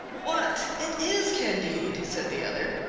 what! it is candide! said the other.